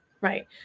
right